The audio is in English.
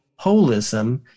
holism